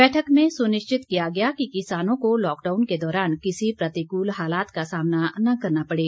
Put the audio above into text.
बैठक में सुनिश्चित किया गया कि किसानों को लॉकडाउन के दौरान किसी प्रतिकूल हालात का सामना न करना पड़े